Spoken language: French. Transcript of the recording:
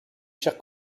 chers